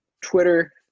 Twitter